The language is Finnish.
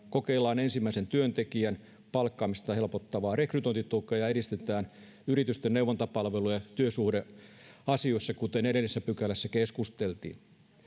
kokeillaan ensimmäisen työntekijän palkkaamista helpottavaa rekrytointitukea ja edistetään yritysten neuvontapalveluja työsuhdeasioissa kuten edellisessä pykälässä keskusteltiin